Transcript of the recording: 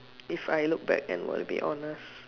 if I look back and want to be honest